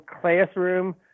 classroom